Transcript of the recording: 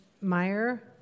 Meyer